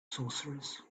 sorcerers